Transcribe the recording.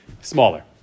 smaller